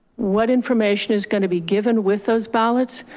what information is gonna be given with those ballots?